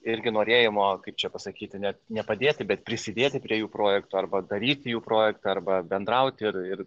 irgi norėjimo kaip čia pasakyti net nepadėti bet prisidėti prie jų projekto arba daryti jų projektą arba bendrauti ir ir